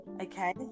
Okay